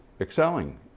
excelling